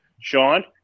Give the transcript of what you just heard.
Sean